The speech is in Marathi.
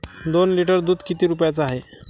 दोन लिटर दुध किती रुप्याचं हाये?